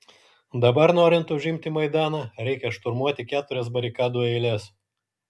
dabar norint užimti maidaną reikia šturmuoti keturias barikadų eiles